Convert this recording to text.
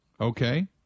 Okay